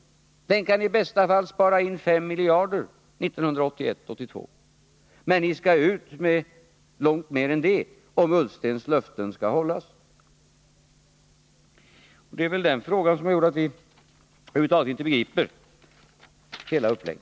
Den kan i bästa fall spara in 5 miljarder 1981/82, men ni skall ut med långt mer än det om Ola Ullstens löften skall hållas. Det var den frågan som gjorde att vi över huvud taget inte begrep uppläggningen av sparplanen.